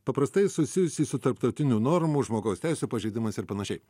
paprastai susijusį su tarptautinių normų žmogaus teisių pažeidimais ir panašiai